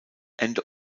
ende